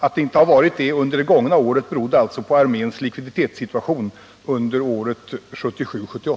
Att det inte har varit så under det gångna året berodde alltså på